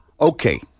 Okay